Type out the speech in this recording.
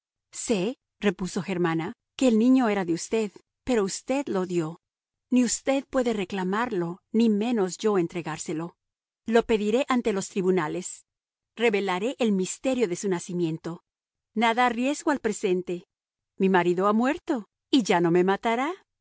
usted mamá sé repuso germana que el niño era de usted pero usted lo dio ni usted puede reclamarlo ni menos yo entregárselo lo pediré ante los tribunales revelaré el misterio de su nacimiento nada arriesgo al presente mi marido ha muerto y ya no me matará